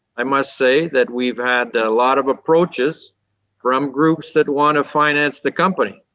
i must say that we've had a lot of approaches from groups that want to finance the company.